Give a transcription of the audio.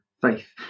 faith